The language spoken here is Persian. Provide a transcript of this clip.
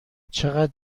چقدر